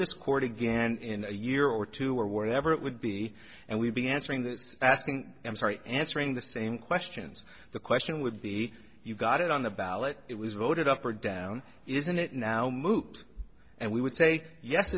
this court again in a year or two or whatever it would be and we'd be answering asking i'm sorry answering the same questions the question would be you got it on the ballot it was voted up or down isn't it now moot and we would say yes